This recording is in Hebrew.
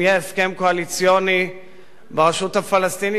יהיה הסכם קואליציוני ברשות הפלסטינית,